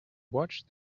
watched